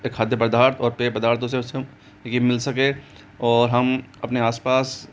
ये खाद्य पदार्थ और पेय पदार्थ उसे उसे हम ये मिल सके और हम अपने आस पास